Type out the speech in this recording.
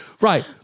Right